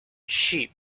sheep